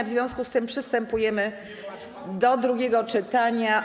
W związku z tym przystępujemy do drugiego czytania.